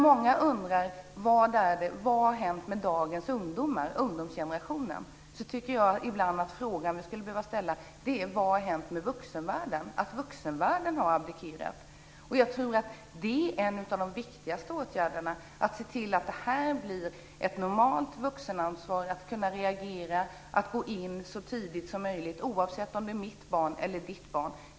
Många undrar vad som har hänt med ungdomsgenerationen, men den fråga som skulle behöva ställas tycker jag ibland är vad som har hänt med vuxenvärlden - alltså frågan om att vuxenvärlden har abdikerat. Jag tror att en av de viktigaste åtgärderna är att se till att det blir ett normalt vuxenansvar att kunna reagera och att gå in så tidigt som möjligt, oavsett om det är mitt eller om det är ditt barn.